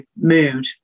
mood